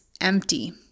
empty